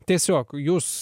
tiesiog jūs